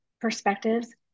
perspectives